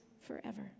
forever